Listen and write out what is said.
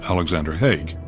alexander haig,